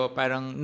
parang